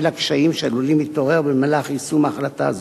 לקשיים שעלולים להתעורר במהלך יישום החלטה זו.